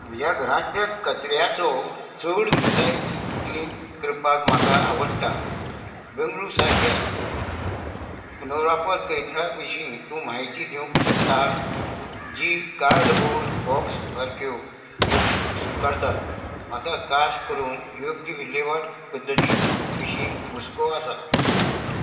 म्हज्या घरांतल्या कचऱ्याचो चड विसाय क्लिन करपाक म्हाका आवडटा बेंगळूर सारक्या पुनोराप कैदळाक विशीं तूं म्हायती दिवंक शकता जी कार्डबोर्ड बॉक्स सारक्यो वस्तू स्विकारतात म्हाका खास करून योग्य विलेवाट पद्दतीं विशीं हुस्को आसा